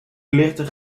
lichten